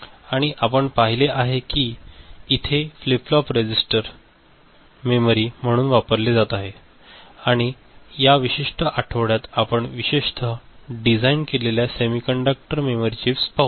आणि आपण पाहिले आहे की इथे फ्लिप फ्लॉप रजिस्टर मेमरी म्हणून वापरले जात आहेत आणि या विशिष्ट आठवड्यात आपण विशेषतः डिझाइन केलेल्या सेमीकंडक्टर मेमरी चिप्स पाहूया